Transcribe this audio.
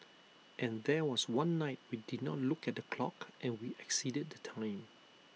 and there was one night we did not look at the clock and we exceeded the time